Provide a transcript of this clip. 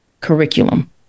curriculum